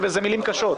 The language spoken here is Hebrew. ואלה מילים קשות: